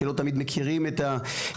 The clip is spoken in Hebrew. שלא תמיד מכירים את הקהילה,